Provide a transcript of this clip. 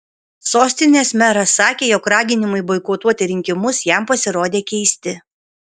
sostinės meras sakė jog raginimai boikotuoti rinkimus jam pasirodė keisti